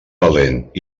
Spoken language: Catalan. valent